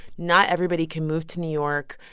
not everybody can move to new york.